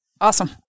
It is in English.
Awesome